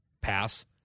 pass